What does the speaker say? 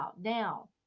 Now